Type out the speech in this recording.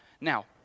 Now